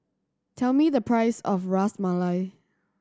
tell me the price of Ras Malai